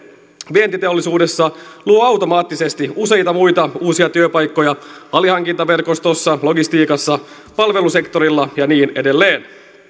vientiteollisuudessa luo automaattisesti useita muita uusia työpaikkoja alihankintaverkostossa logistiikassa palvelusektorilla ja niin edelleen